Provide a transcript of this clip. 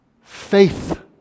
faith